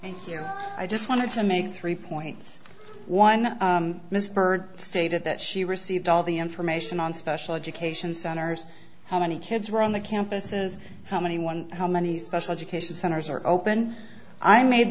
you i just wanted to make three points one miss burd stated that she received all the information on special education centers how many kids were on the campuses how many one how many special education centers are open i made